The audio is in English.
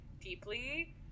deeply